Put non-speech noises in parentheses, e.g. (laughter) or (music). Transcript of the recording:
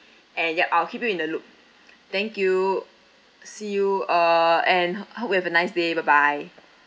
(breath) and ya I'll keep you in the loop thank you see you uh and hope you've a nice day bye bye